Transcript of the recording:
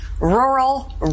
Rural